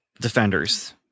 defenders